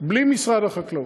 בלי משרד החקלאות.